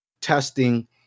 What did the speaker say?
testing